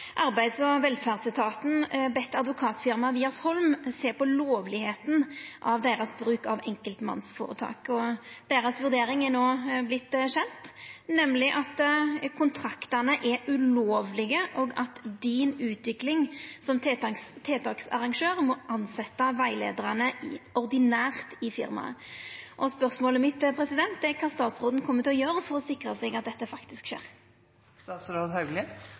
Arbeids- og velferdsetaten bedt Advokatfirmaet Wiersholm sjå på lovlegheita av deira bruk av enkeltmannsføretak. Deira vurdering er no vorten kjend, nemleg at kontraktane er ulovlege, og at Din Utvikling som tiltaksarrangør må tilsetja rettleiarane ordinært i firmaet. Spørsmålet mitt er: Kva kjem statsråden til å gjera for å sikra seg at dette faktisk skjer?